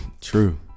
True